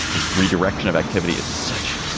this redirection of activity as such,